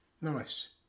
nice